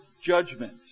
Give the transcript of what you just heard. judgment